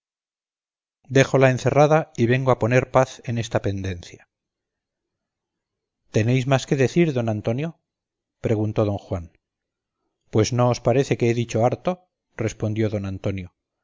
mío déjola encerrada y vengo a poner en paz esta pendencia tenéis más que decir don antonio preguntó don juan pues no os parece que he dicho harto respondió don antonio